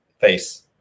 face